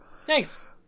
Thanks